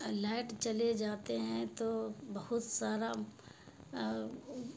light چلے جاتے ہیں تو بہت سارا